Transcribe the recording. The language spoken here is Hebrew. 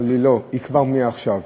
אבל כבר עכשיו,